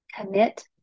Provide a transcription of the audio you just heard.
commit